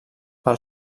pel